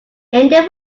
this